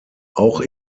auch